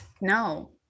no